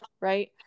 right